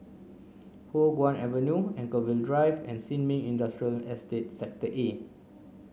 Hua Guan Avenue Anchorvale Drive and Sin Ming Industrial Estate Sector A